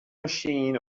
machine